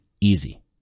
easy